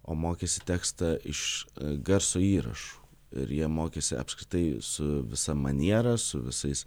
o mokėsi tekstą iš garso įrašų ir jie mokėsi apskritai su visa maniera su visais